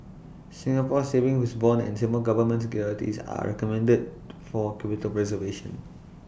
Singapore savings bonds and Singapore Government securities are recommended to for capital preservation